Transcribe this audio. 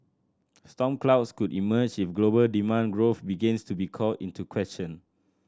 storm clouds could emerge if global demand growth begins to be called into question